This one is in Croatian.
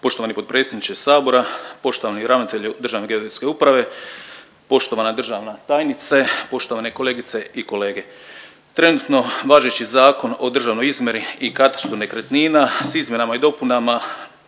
Poštovani potpredsjedniče Sabora, poštovani ravnatelju Državne geodetske uprave, poštovana državna tajnice, poštovana kolegice i kolege. Trenutno važeći Zakon o državnoj izmjeri i katastru nekretnina s izmjenama i dopunama